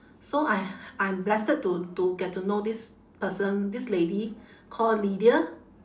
so I I'm blessed to to get to know this person this lady called lydia